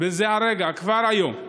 בזה הרגע, כבר היום.